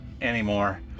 anymore